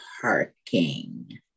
parking